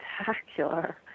spectacular